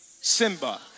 Simba